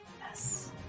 Yes